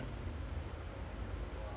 oh ஆமா ஆமா:aamaa aamaa